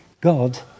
God